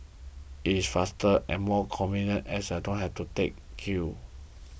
it is faster and more convenient as I don't have to take queue